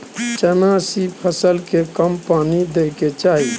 केना सी फसल के कम पानी दैय के चाही?